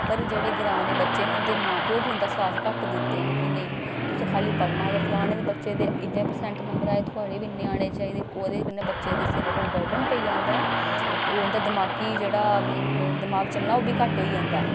पर जेह्ड़े ग्रांऽ दे बच्चे न उं'दे मां प्यो बी उं'दा साथ घट्ट दिंदे न कि नेईं तुस खाल्ली पढ़ना गै फलाने दे बच्चे दे इन्ने परसैंट नंबर आए थुआढ़े बी इन्ने आने चाहिदे ओह्दे कन्नै बच्चे दे सिरै पर बर्डन पेई जंदा ऐ ते ओह् उं'दा दमाकी जेह्ड़ा दमाक चलना ओह् बी घट्ट होई जंदा ऐ